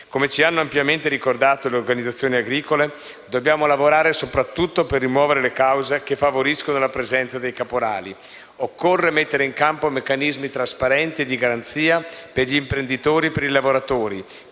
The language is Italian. ci hanno ampiamente ricordato, dobbiamo lavorare soprattutto per rimuovere le cause che favoriscono la presenza dei caporali. Occorre mettere in campo meccanismi trasparenti e di garanzia per imprenditori e lavoratori